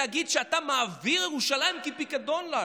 להגיד שאתה מעביר את ירושלים כפיקדון לנו.